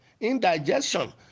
indigestion